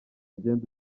genda